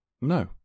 No